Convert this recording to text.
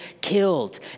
killed